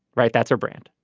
right. that's her brand.